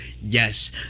yes